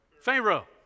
Pharaoh